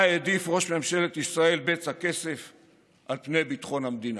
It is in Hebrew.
שבה העדיף ראש ממשלת ישראל בצע כסף על פני ביטחון המדינה.